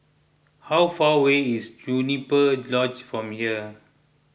how far away is Juniper Lodge from here